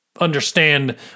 understand